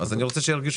אז אני רוצה שירגישו